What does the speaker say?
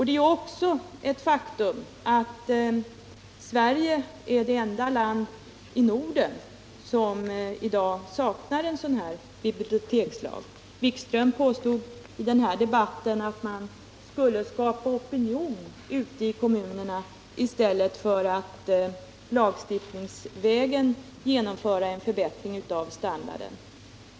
Det är också ett faktum att Sverige är det enda land i Norden som i dag saknar en bibliotekslag. 69 Herr Wikström påstod i debatten att man skulle skapa opinion ute i kommunerna i stället för att lagstiftningsvägen genomföra en förbättring av standarden.